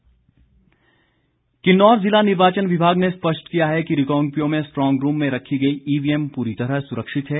Kinnaur EVM Kinnaur जिला निर्वाचन विभाग ने स्पष्ट किया है कि रिकांगपिओ में स्ट्रॉन्ग रूम में रखी गई ईवीएम पूरी तरह सुरक्षित है